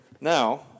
Now